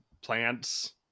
plants